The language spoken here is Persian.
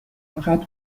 فقط